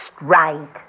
right